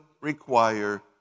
require